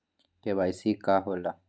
KYC का होला?